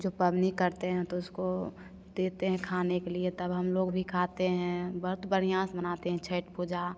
जो पबनी करते हैं तो उसको देते हैं खाने के लिए तब हम लोग भी खाते हैं बहुत बढ़िया से मनाते हैं छठ पूजा